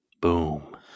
Boom